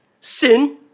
sin